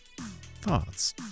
thoughts